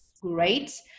great